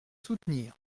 soutenir